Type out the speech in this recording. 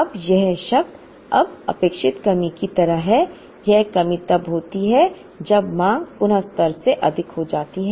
अब यह शब्द अब अपेक्षित कमी की तरह है यह कमी तब होती है जब मांग पुन स्तर से अधिक हो जाती है